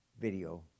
video